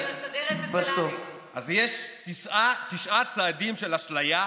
אני מסדרת, אז יש תשעה צעדים של אשליה,